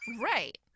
right